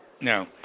No